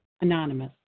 Anonymous